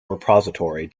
repository